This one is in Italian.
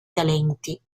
talenti